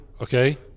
Okay